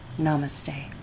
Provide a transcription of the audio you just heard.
Namaste